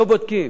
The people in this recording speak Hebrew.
לא בודקים.